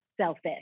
selfish